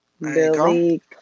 Billy